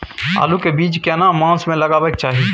आलू के बीज केना मास में लगाबै के चाही?